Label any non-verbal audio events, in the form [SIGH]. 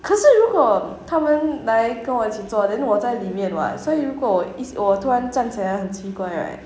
可是如果他们来跟我一起做 then 我在里面 [what] 所以如果我 [NOISE] 突然站起来很奇怪 right